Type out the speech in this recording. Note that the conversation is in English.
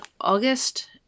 August